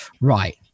right